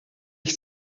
ich